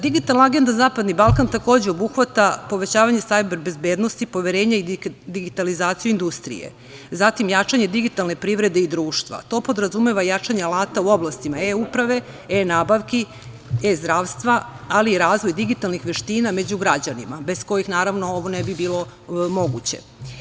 Digitalna agenda za Zapadni Balkan takođe obuhvata povećavanje sajber bezbednosti, poverenje i digitalizaciju industrije, zatim jačanje digitalne privrede i društva, to podrazumeva jačanje alata u oblastima e-uprave, e-nabavki, e-zdravstva, ali i razvoj digitalnih veština među građanima, bez kojih naravno ovo ne bi bilo moguće.